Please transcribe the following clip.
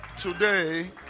Today